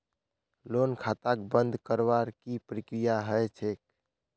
loan खाताक बंद करवार की प्रकिया ह छेक